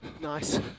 Nice